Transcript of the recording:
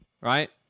right